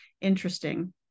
interesting